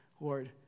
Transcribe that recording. Lord